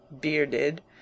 bearded